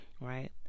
right